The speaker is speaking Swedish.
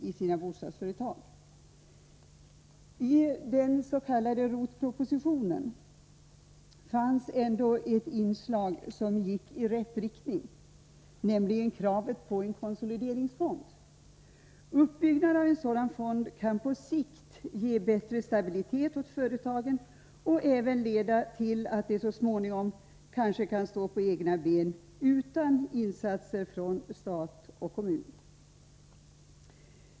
I den s.k. ROT-propositionen fanns ändå ett inslag som pekade i rätt riktning, nämligen kravet på en konsolideringsfond. Uppbyggnaden av en sådan fond kan på sikt ge bättre stabilitet åt företagen och även leda till att de så småningom kan stå på egna ben utan insatser från stat och kommun.